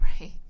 Right